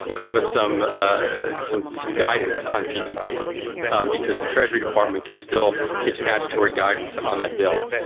ah give us some ah some some guidance on ppta because the treasury department can still give statutory guidance on that bill.